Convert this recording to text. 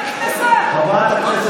לא נכון,